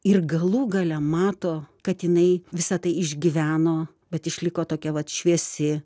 ir galų gale mato kad jinai visa tai išgyveno bet išliko tokia vat šviesi